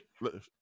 look